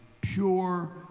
pure